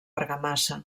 argamassa